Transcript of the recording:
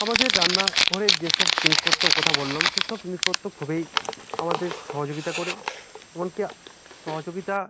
আমাদের রান্নাঘরের যেসব জিনিসপত্তর কথা বললাম সেই সব জিনিসপত্র খুবই আমাদের সহযোগিতা করে এমনকি সহযোগিতা